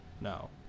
No